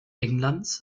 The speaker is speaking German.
englands